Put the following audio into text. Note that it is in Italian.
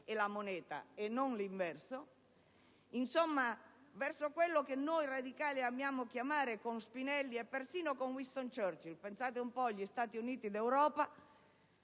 e la moneta e non l'inverso) verso quello che noi radicali amiamo chiamare, con Spinelli e persino con Winston Churchill (pensate un po'), gli Stati Uniti d'Europa